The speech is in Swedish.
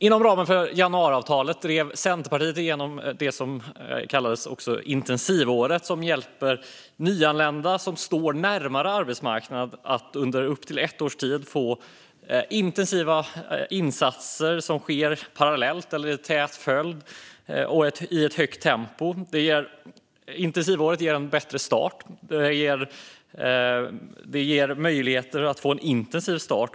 Inom ramen för januariavtalet drev Centerpartiet igenom det som kallades för intensivåret. Det hjälper nyanlända som står närmare arbetsmarknaden att under upp till ett års tid få intensiva insatser som sker parallellt eller i tät följd och i ett högt tempo. Intensivåret ger en bättre start, och det ger möjligheter till en intensiv start.